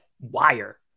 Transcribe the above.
wire